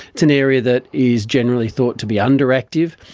it's an area that is generally thought to be under-active,